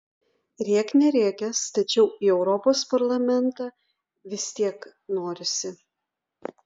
rėk nerėkęs tačiau į europos parlamentą vis tiek norisi